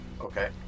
Okay